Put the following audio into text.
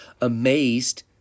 amazed